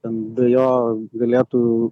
ten be jo galėtų